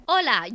Hola